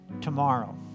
tomorrow